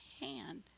hand